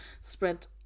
spread